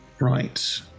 Right